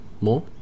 more